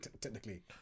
technically